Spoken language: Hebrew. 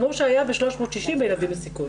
כמו שהיה ב-360 וילדים בסיכון.